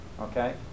okay